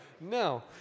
No